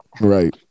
right